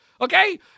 Okay